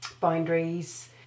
Boundaries